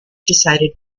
decided